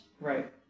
Right